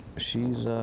she's